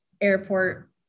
airport